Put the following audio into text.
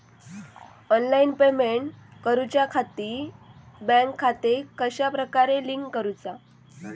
Online payment करुच्याखाती bank खाते कश्या प्रकारे लिंक करुचा?